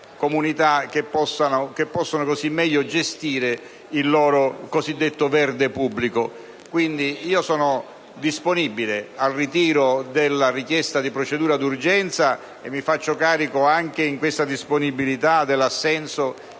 comunità che possono meglio gestire il loro cosiddetto verde pubblico. Sono quindi disponibile al ritiro della richiesta di procedura d'urgenza e mi faccio carico, in questa disponibilità, dell'assenso